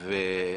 הערבית.